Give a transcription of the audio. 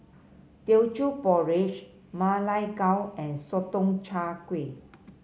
Teochew Porridge Ma Lai Gao and Sotong Char Kway